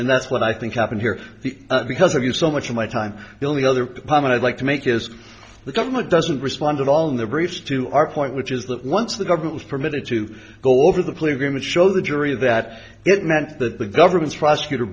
and that's what i think happened here because of you so much of my time the only other time and i'd like to make is the government doesn't respond at all in the briefs to our point which is that once the government was permitted to go over the polygamous show the jury that it meant that the government's prosecutor